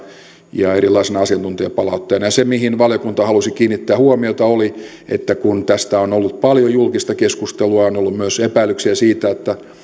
ja erilaisena asiantuntijapalautteena ja se mihin valiokunta halusi kiinnittää huomiota oli se että kun tästä on ollut paljon julkista keskustelua on ollut myös epäilyksiä siitä